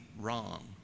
wrong